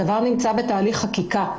הדבר נמצא בתהליך חקיקה.